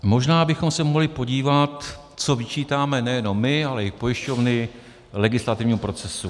Možná bychom se mohli podívat, co vyčítáme nejenom my, ale i pojišťovny legislativním procesům.